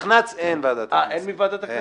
אין למחנה הציוני נציג מוועדת הכנסת.